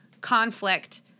conflict